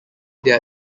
their